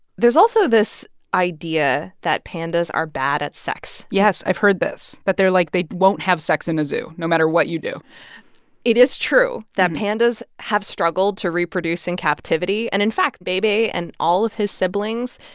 there's also this idea that pandas are bad at sex yes, i've heard this, that they're, like they won't have sex in a zoo, no matter what you do it is true that pandas have struggled to reproduce in captivity. and in fact, bei bei and all of his siblings,